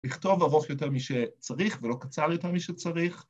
‫לכתוב ארוך יותר מי שצריך ‫ולא קצר יותר מי שצריך.